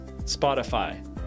Spotify